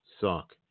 suck